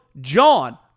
JOHN